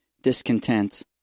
discontent